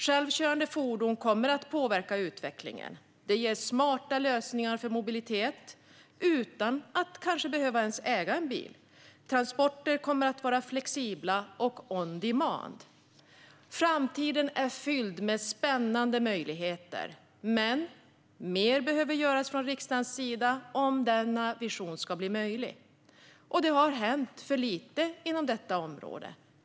Självkörande fordon kommer att påverka utvecklingen. Det ger smarta lösningar för mobilitet utan att man ens behöver äga en bil. Transporter kommer att vara flexibla och on demand. Framtiden är fylld med spännande möjligheter. Men riksdagen behöver göra mer om denna vision ska bli möjlig. Det har hänt för lite inom detta område.